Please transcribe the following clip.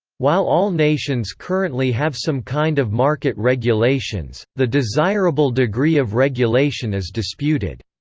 while all nations currently have some kind of market regulations, the desirable degree of regulation is disputed.